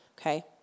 okay